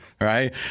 right